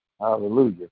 Hallelujah